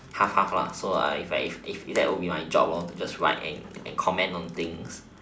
half half ah so I if I if that would be my job I would write and comment on things